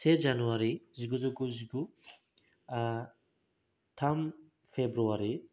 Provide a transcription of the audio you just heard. से जानुवारि जिगुजौ गुजिगु ओ थाम फ्रेब्रुवारि